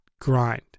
grind